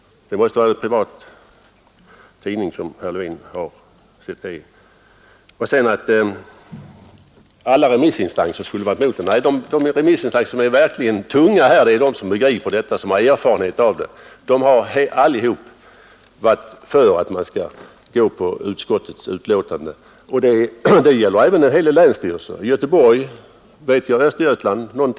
Det måste vara en helt privat tidning som herr Levin har sett det i. Det har sagts att alla remissinstanser skulle ha varit emot detta förslag. Nej, de remissinstanser som är verkligt tunga här är de som begriper detta och som har erfarenhet av det. De har allihop varit för den mening som kommit till uttryck i utskottets betänkande. Det gäller även en hel del länsstyrelser, bl.a. länsstyrelserna i Göteborgs och Bohus län och i Östergötlands län.